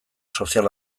sozial